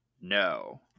No